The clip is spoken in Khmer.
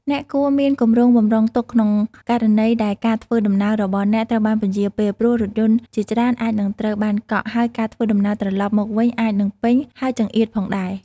អ្នកគួរតែមានគម្រោងបម្រុងទុកក្នុងករណីដែលការធ្វើដំណើររបស់អ្នកត្រូវបានពន្យារពេលព្រោះ រថយន្តជាច្រើនអាចនឹងត្រូវបានកក់ ហើយការធ្វើដំណើរត្រឡប់មកវិញអាចនឹងពេញ ហើយចង្អៀតផងដែរ។